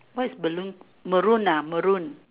what is balloon Maroon ah Maroon